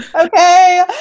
Okay